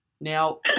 Now